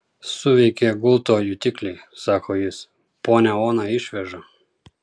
suveikė gulto jutikliai sako jis ponią oną išveža